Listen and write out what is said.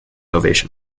ovation